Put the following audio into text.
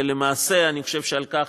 ולמעשה אני חושב שעל כך,